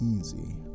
easy